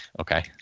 Okay